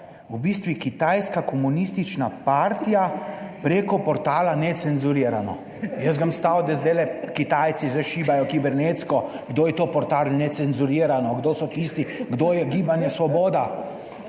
v bistvu kitajska komunistična partija preko portala Necenzurirano. Jaz grem stavit, da zdajle Kitajci zdaj šibajo kibernetsko, kdo je to portal Necenzurirano, kdo so tisti, kdo je Gibanje Svoboda.